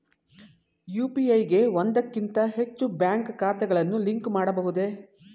UPI ಗೆ ಒಂದಕ್ಕಿಂತ ಹೆಚ್ಚು ಬ್ಯಾಂಕ್ ಖಾತೆಗಳನ್ನು ಲಿಂಕ್ ಮಾಡಬಹುದೇ?